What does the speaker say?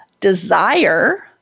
desire